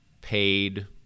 paid